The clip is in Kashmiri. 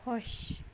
خۄش